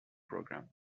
program